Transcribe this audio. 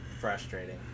frustrating